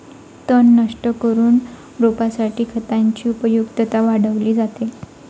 तण नष्ट करून रोपासाठी खतांची उपयुक्तता वाढवली जाते